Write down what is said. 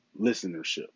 listenership